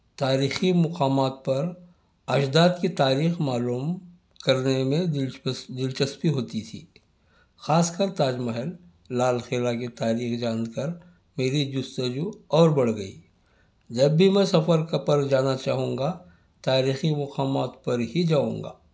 تاریخی مقامات پر اجداد کی تاریخ معلوم کرنے میں دلچسپک دلچسپی ہوتی تھی خاص کر تاج محل لال قلعہ کی تاریخ جان کر میری جستجو اور بڑھ گئی جب بھی میں سفر کا پل جانا چاہوں گا تاریخی مقامات پر ہی جاؤں گا